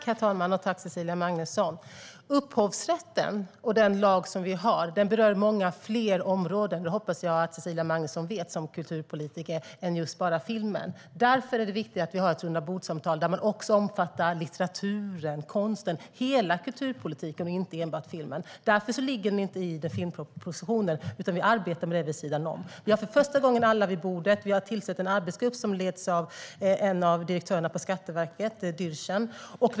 Herr talman! Tack, Cecilia Magnusson! Upphovsrätten och den lag vi har berör många fler områden - det hoppas jag att Cecilia Magnusson vet som kulturpolitiker - än just bara filmen. Därför är det viktigt att vi har ett rundabordssamtal som också omfattar litteraturen, konsten och hela kulturpolitiken och inte enbart filmen. Därför ligger det inte i filmpropositionen. Vi arbetar med det vid sidan om. Vi har för första gången alla vid bordet. Vi har tillsatt en arbetsgrupp som leds av en av direktörerna på Skatteverket, Helena Dyrssen.